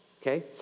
okay